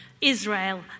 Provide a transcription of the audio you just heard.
Israel